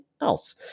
else